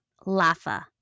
Lafa